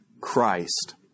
Christ